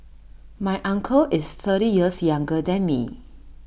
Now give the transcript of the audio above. my uncle is thirty years younger than me